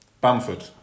Bamford